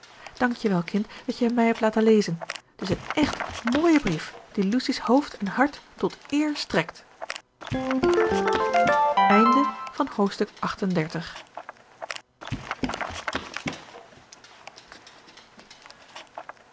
wel kind dat je hem mij hebt laten lezen t is een echt mooie brief die lucy's hoofd en hart tot eer strekt hoofdstuk